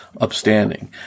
upstanding